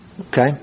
Okay